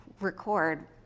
record